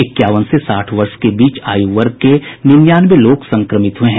इक्यावन से साठ वर्ष के बीच आयु वर्ग के निन्यानवे लोग संक्रमित हुए हैं